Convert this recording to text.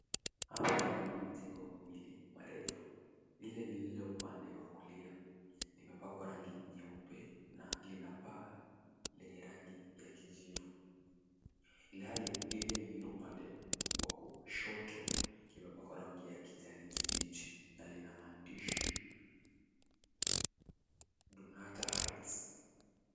Hapa tunaona majengo mawili marefu. Lile lililo upande wa kulia limepakwa rangi nyeupe na lina paa lenye rangi ya kijivu, ilhali lile lililo upande wa kushoto limepakwa rangi ya kijani kibichi na lina maandishi Bonasta Heights.